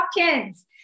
Hopkins